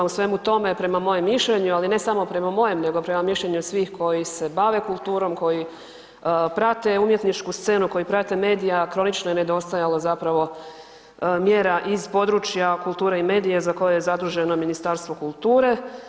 U svemu tome prema mojem mišljenju, ali ne samo prema mojem nego prema mišljenju svih koji se bave kulturom, koji prate umjetničku scenu, koji prate medija, kronično je nedostajalo zapravo mjera iz područja kulture i medija za koje je zaduženo Ministarstvo kulture.